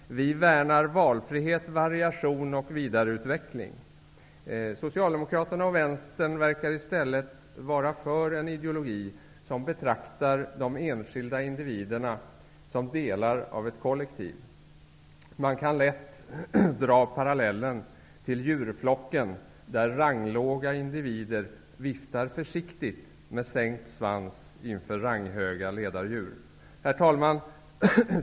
Vi värnar valfrihet, variation och vidareutveckling. Socialdemokraterna och vänstern verkar i stället vara för en ideologi där man betraktar de enskilda individerna som delar av ett kollektiv. Det är lätt att dra parallellen till djurflocken, där ranglåga individer viftar försiktigt med sänkt svans inför ranghöga ledardjur. Herr talman!